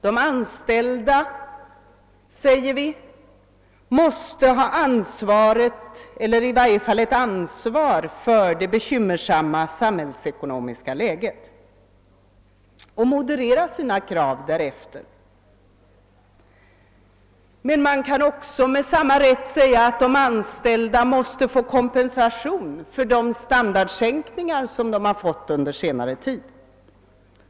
Vi säger att även anställda måste ha ett ansvar för det bekymmersamma samhällsekonomiska läget och moderera sina krav därefter, men man kan med samma rätt kräva att de anställda måste ges kompensation för de standardsänkningar som de har fått vidkännas under senare tid.